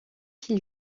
qui